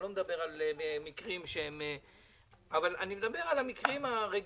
אני לא מדבר על מקרים מיוחדים אלא אני מדבר על המקרים הרגילים,